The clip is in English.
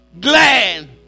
glad